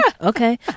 okay